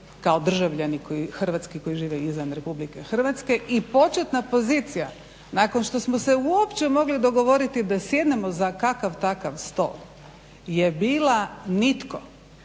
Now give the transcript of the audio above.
kao državljani hrvatski koji žive izvan RH i početna pozicija nakon što smo se uopće mogli dogovoriti da sjednemo za kakav takav stol je bila nitko.